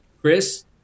Chris